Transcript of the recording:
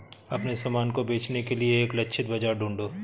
अपने सामान को बेचने के लिए एक लक्षित बाजार ढूंढो